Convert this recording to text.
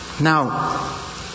Now